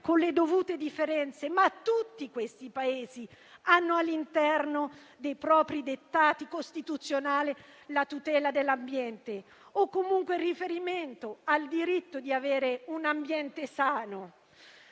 con le dovute differenze, tutti questi Paesi hanno all'interno dei propri dettati costituzionali la tutela dell'ambiente o comunque il riferimento al diritto di avere un ambiente sano.